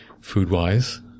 food-wise